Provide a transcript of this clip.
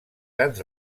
grans